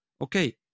Okay